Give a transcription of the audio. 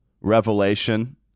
revelation